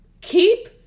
Keep